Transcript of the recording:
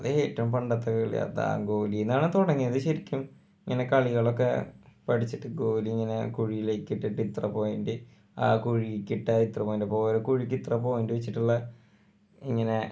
അതേറ്റവും പണ്ടത്തെ കളിയാണ് താങ് ഗോലിയിൽ നിന്നാണ് തുടങ്ങിയത് ശരിക്കും ഇങ്ങനെ കളികളൊക്കെ പഠിച്ചിട്ടും ഗോലി ഇങ്ങനെ കുഴിലേക്ക് ഇട്ടിട്ട് ഇത്ര പോയിൻറ്റ് ആ കുഴിക്കിട്ടാൽ ഇത്ര പോയിൻറ്റ് അപ്പം ഓരോ കുഴിക്ക് ഇത്ര പോയിൻറ്റ് വെച്ചിട്ടുള്ള ഇങ്ങനെ